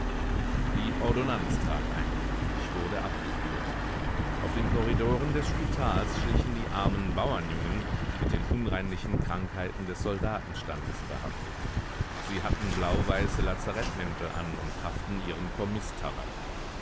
die ordonnanz trat ein ich wurde abgeführt auf den korridoren des spitals schlichen die armen bauernjungen mit den unreinlichen krankheiten des soldatenstandes behaftet sie hatten blauweiße lazarettmäntel an und pafften ihren